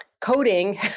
coding